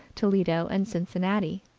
toledo and cincinnati.